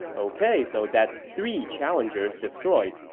ok, so that's three challengers destroyed.